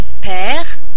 Père